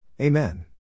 Amen